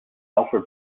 alfred